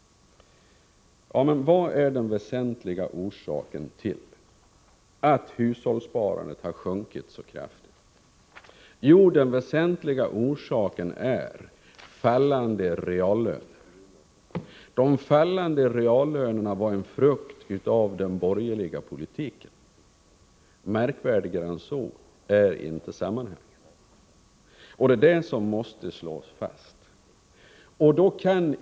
Vilken är den väsentliga orsaken till att hushållssparandet sjunkit så kraftigt? Jo, den väsentliga orsaken är fallande reallöner. De fallande reallönerna var en frukt av den borgerliga politiken. Märkvärdigare än så är inte sammanhangen, och det måste slås fast.